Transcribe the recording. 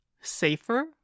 safer